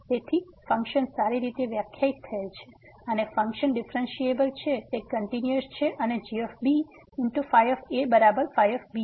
તેથી ફંકશન સારી રીતે વ્યાખ્યાયિત થયેલ છે અને ફંક્શન ડિફરન્ટિએબલ છે તે કંટીન્યુઅસ છે અને g ϕ બરાબર ϕ છે